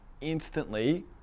instantly